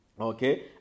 okay